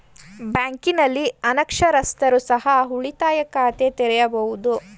ಬ್ಯಾಂಕಿನಲ್ಲಿ ಅನಕ್ಷರಸ್ಥರು ಸಹ ಉಳಿತಾಯ ಖಾತೆ ತೆರೆಯಬಹುದು?